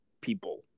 people